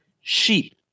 sheep